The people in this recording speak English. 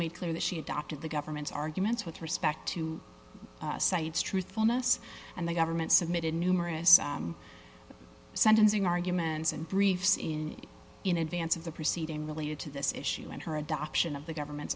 made clear that she adopted the government's arguments with respect to cites truthfulness and the government submitted numerous sentencing arguments and briefs in in advance of the proceeding related to this issue and her adoption of the government's